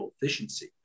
efficiency